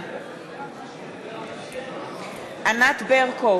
ענת ברקו,